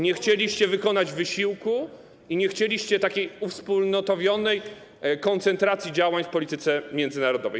Nie chcieliście wykonać wysiłku i nie chcieliście takiej uwspólnotowionej koncentracji działań w polityce międzynarodowej.